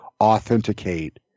authenticate